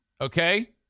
Okay